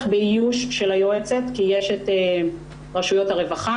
באיוש של תפקיד היועצת כי יש את רשויות הרווחה.